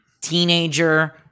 teenager